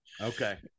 Okay